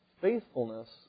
faithfulness